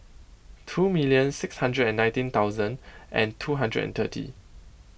two million six hundred and nineteen thousand and two hundred and thirty